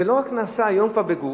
זה לא רק נעשה היום בגוף,